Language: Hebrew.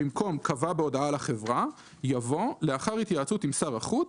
במקום קבע בהודעה לחברה" יבוא: "לאחר התייעצות עם שר החוץ,